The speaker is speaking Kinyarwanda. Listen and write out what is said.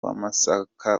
w’amasaka